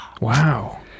Wow